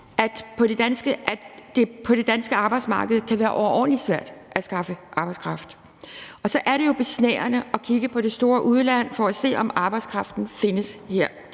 på det danske arbejdsmarked kan være overordentlig svært at skaffe arbejdskraft. Og så er det jo besnærende at kigge på det store udland for at se, om arbejdskraften findes der